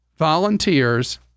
volunteers